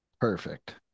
Perfect